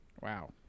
Wow